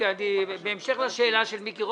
באיזה מקום?